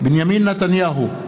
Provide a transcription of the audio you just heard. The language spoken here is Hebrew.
בנימין נתניהו,